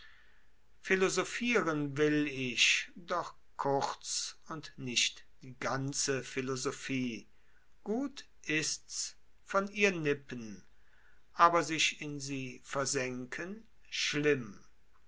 philosophieren will ich doch kurz und nicht die ganze philosophie gut ist's von ihr nippen aber sich in sie versenken schlimm